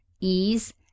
ease